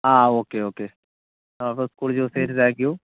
ആ ഒക്കെ ഒക്കെ school choose ചെയ്തതിന് താങ്ക് യു